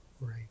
Right